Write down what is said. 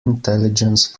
intelligence